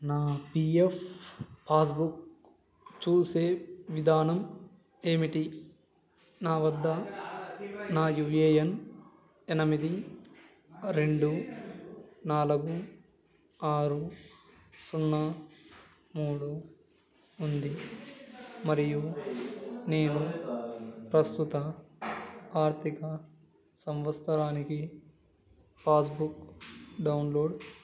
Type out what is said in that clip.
నా P F passbook చూసే విధానం ఏమిటి నా వద్ద నా యూ ఏ ఎన్ ఎనిమిది రెండు నాలుగు ఆరు సున్నా మూడు ఉంది మరియు నేను ప్రస్తుత ఆర్థిక సంవత్సరానికి పాస్బుక్ డౌన్లోడ్